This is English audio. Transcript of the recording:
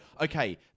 okay